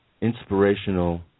inspirational